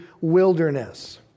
wilderness